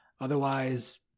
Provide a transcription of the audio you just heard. Otherwise